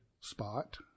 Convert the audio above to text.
spot